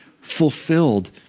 fulfilled